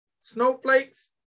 Snowflakes